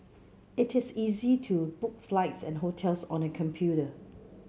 it is easy to book flights and hotels on the computer